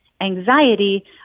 anxiety